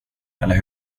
eller